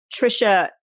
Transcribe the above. Trisha